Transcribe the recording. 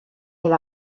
elle